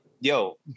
Yo